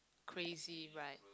crazy right